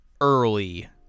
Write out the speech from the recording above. early